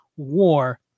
war